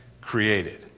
created